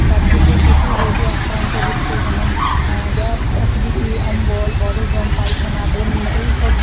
তার থেকে প্রচুর রোগে আক্রান্ত হচ্ছে যেমন গ্যাস অ্যাসিডিটি অম্বল বদহজম পায়খানা বমি এইসব